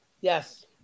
Yes